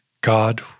God